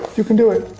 you can do it.